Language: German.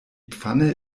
pfanne